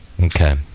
Okay